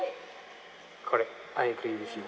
correct I agree with you